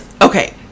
okay